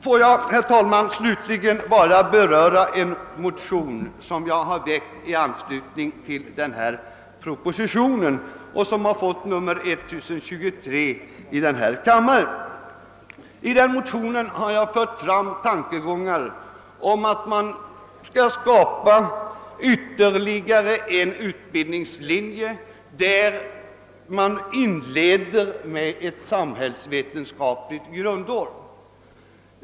Får jag till slut, herr talman, bara med några ord beröra en motion, som jag i denna kammare väckt i anslutning till propositionen och som erhållit nummer 1023. I denna motion har jag fört fram tanken på ytterligare en utbildningslinje, som skulle inledas med en samhällsvetenskaplig grundkurs.